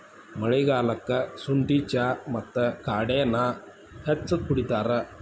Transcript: ಮಳಿಗಾಲಕ್ಕ ಸುಂಠಿ ಚಾ ಮತ್ತ ಕಾಡೆನಾ ಹೆಚ್ಚ ಕುಡಿತಾರ